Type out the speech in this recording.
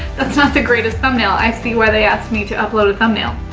that's not the greatest thumbnail. i see why they asked me to upload a thumbnail.